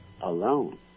alone